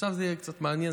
עכשיו זה קצת מעניין,